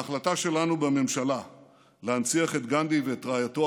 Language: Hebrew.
ההחלטה שלנו בממשלה להנציח את גנדי ואת רעייתו